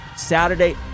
Saturday